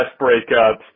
breakups